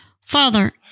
Father